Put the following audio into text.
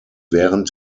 während